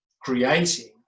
creating